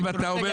אם את אומר,